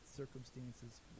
Circumstances